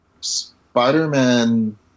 Spider-Man